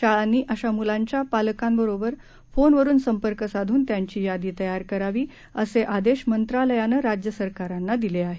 शाळांनी अशा मुलांच्या पालकांबरोबर फोनवरून संपर्क साधून त्यांची यादी तयार करावी असे आदेश मंत्रालयानं राज्य सरकारांना दिले आहेत